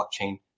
blockchain